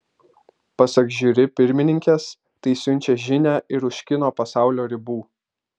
pasak žiuri pirmininkės tai siunčia žinią ir už kino pasaulio ribų